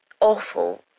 awful